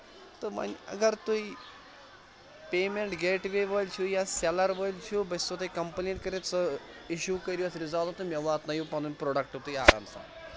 تہٕ وۄنۍ اگر تُہۍ پیم۪نٛٹ گیٹ وے وٲلۍ چھُو یا سٮ۪لَر وٲلۍ چھُو بہٕ سو تۄہہِ کَمپٕلینٹ کٔرِتھ سُہ اِشوٗ کٔرِو اَتھ رِزالو تہٕ مےٚ واتنٲیِو پَنُن پروڈَکٹ تُہۍ آرام سان